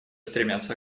стремятся